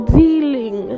dealing